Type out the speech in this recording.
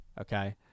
Okay